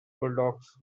bulldogs